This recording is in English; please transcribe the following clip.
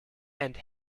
and